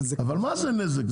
אבל מה זה נזק?